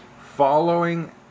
Following